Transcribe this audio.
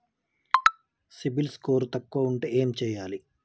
CIBIL score తక్కువ ఉంటే ఏం చేయాలి?